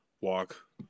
walk